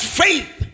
faith